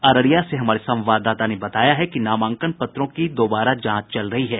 अररिया से हमारे संवाददाता ने बताया है कि नामांकन पत्रों की दोबारा जांच चल रही है